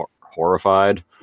horrified